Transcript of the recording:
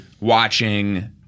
watching